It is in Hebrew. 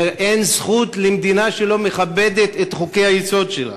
ואין זכות למדינה שלא מכבדת את חוקי-היסוד שלה.